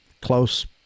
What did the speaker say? close